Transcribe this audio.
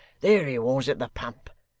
there he was at the pump,